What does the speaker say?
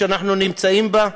שאנחנו נמצאים בה.